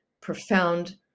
profound